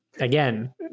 again